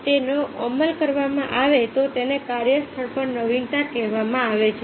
જો તેનો અમલ કરવામાં આવે તો તેને કાર્યસ્થળ પર નવીનતા કહેવામાં આવે છે